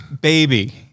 baby